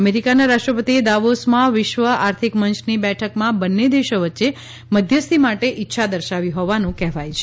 અમેરીકાના રાષ્ટ્રપતિએ દાવોસમાં વિશ્વ આર્થિકમંયની બેઠકમાં બંન્ને દેશો વચ્ચે મધ્યસ્થી માટે ઈચ્છા દર્શાવી હોવાનું કહેવાય છે